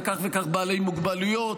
כך וכך בעלי מוגבלויות,